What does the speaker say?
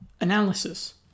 analysis